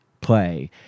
play